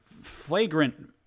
flagrant